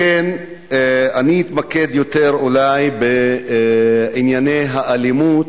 לכן אני אתמקד יותר אולי בענייני האלימות,